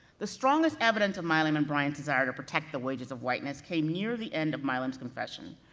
the strongest evidence of milam and bryant's desire to protect the wages of whiteness came near the end of milam's confession,